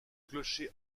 clocher